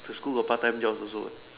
the school got part time jobs also what